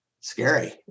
scary